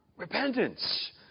repentance